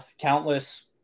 countless